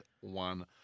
one